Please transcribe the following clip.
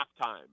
halftime